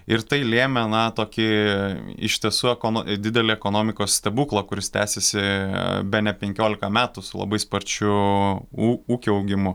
ir tai lėmė na toki iš tiesų ekono didelį ekonomikos stebuklą kuris tęsėsi bene penkiolika metų su labai sparčiu ūkio augimu